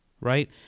right